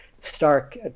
stark